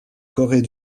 corée